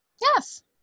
Yes